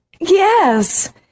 Yes